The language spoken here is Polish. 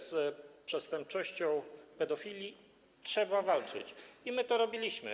Z przestępczością pedofilii trzeba walczyć i my to robiliśmy.